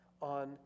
on